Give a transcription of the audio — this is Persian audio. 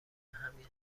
همین